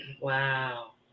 Wow